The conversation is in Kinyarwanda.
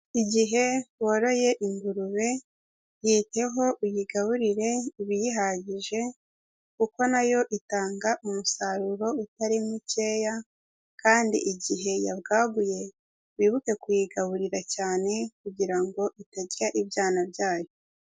Igihe woroye ingurube yiteho uyigaburire ibiyihagije kuko nayo itanga umusaruro utari mukeya kandi igihe yabwaguye wibuke kuyigaburira cyane kugira ngo itarya ibyana byayo.